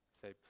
Say